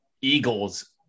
Eagles